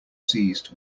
seized